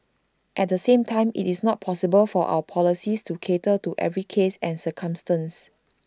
at the same time IT is not possible for our policies to cater to every case and circumstance